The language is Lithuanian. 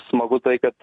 smagu tai kad